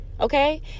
okay